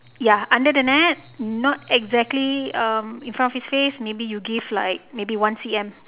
ya under the net not exactly um in front of his face maybe you give like maybe one C_M